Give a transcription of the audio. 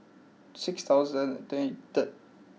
six thousand and